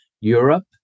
Europe